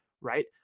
right